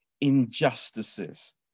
injustices